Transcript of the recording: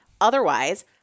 Otherwise